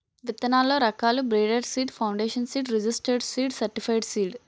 విత్తనాల్లో రకాలు breeder seed, foundation seed, registered seed, certified seed